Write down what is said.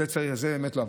זה באמת לא.